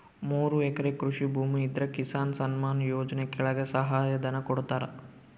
ಮೂರು ಎಕರೆ ಕೃಷಿ ಭೂಮಿ ಇದ್ರ ಕಿಸಾನ್ ಸನ್ಮಾನ್ ಯೋಜನೆ ಕೆಳಗ ಸಹಾಯ ಧನ ಕೊಡ್ತಾರ